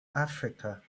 africa